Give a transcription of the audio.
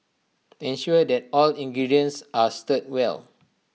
ensure that all ingredients are stirred well